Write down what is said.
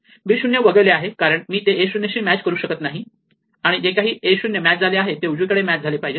b 0 वगळले आहे कारण मी ते a 0 शी मॅच करू शकत नाही आणि जे काही a 0 मॅच झाले ते उजवीकडे मॅच झाले पाहिजे